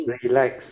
relax